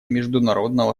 международного